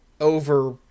over